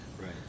Right